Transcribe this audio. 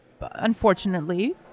unfortunately